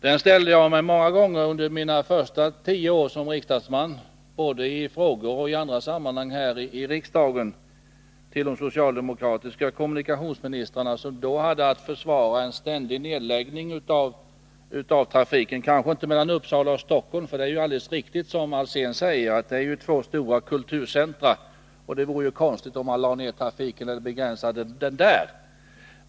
Den ställde jag många gånger under mina första tio år som riksdagsman, både i frågor och i andra sammanhang här i riksdagen till de socialdemokratiska kommunikationsmi nistrarna, som då hade att försvara en ständig nedläggning av trafiken. Det gällde kanske inte trafiken mellan Stockholm och Uppsala, för det är ju alldeles riktigt som Hans Alsén säger att det är två stora kulturcentra, och det vore ju konstigt om man lade ned eller begränsade trafiken där.